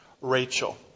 Rachel